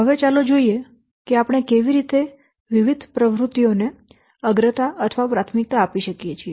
હવે ચાલો જોઈએ કે આપણે કેવી રીતે વિવિધ પ્રવૃત્તિઓને અગ્રતા આપી શકીએ